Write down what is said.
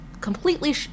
completely